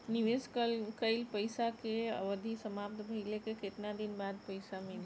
निवेश कइल पइसा के अवधि समाप्त भइले के केतना दिन बाद पइसा मिली?